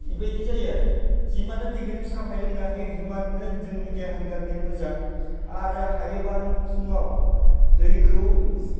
बेबायदि जायो आरो जेनेबा दा दैखौ नों साफायै लोंनो हायो हिमाननो जोंनि देहानि खारनै मोजां मोजां आरो हायोबा नों फुङाव दैखौ